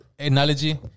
Analogy